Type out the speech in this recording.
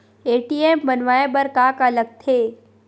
ATM बनवाय बर का का लगथे?